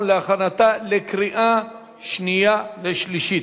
להכנתה לקריאה שנייה ולקריאה שלישית.